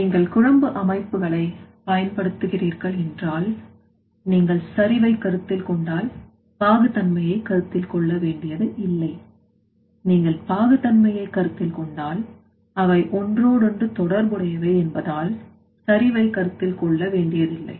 நீங்கள் குழம்பு அமைப்புகளை பயன்படுத்துகிறீர்கள் என்றால் நீங்கள் சரிவை கருத்தில் கொண்டால் பாகு தன்மையை கருத்தில் கொள்ள வேண்டியது இல்லை நீங்கள் பாகு தன்மையை கருத்தில் கொண்டால் அவை ஒன்றோடொன்று தொடர்புடையவை என்பதால் சரிவை கருத்தில் கொள்ள வேண்டியதில்லை